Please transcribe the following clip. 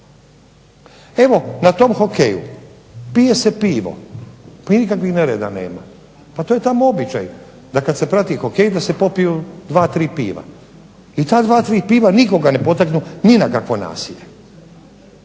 Evo na tom hokeju, pije se pivo, i nikakvih nereda nema. Pa to je tamo običaj da kad se prati hokej da se popiju dva, tri piva. I ta dva, tri piva nikoga ne potaknu ni na kakvo nasilje.